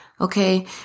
Okay